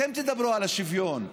ואתם תדברו על השוויון,